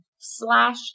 slash